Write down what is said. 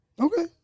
Okay